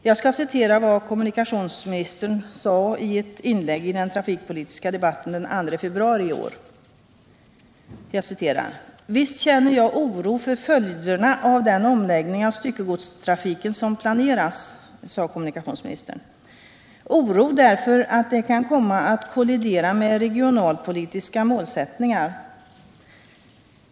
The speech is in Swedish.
Jag skall citera vad kommunikationsministern sade i ett inlägg i den trafikpolitiska debatten den 2 februari i år: ”Visst känner jag oro för följderna av den omläggning av styckegodstrafiken som planeras, oro därför att det kan komma att kollidera med regionalpolitiska målsättningar.